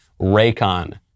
Raycon